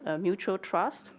ah mutual trust.